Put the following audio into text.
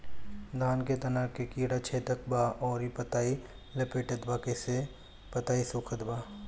धान के तना के कीड़ा छेदत बा अउर पतई लपेटतबा जेसे पतई सूखत बा?